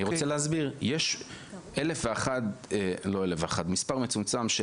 אני רוצה להסביר: יש מספר מצומצם של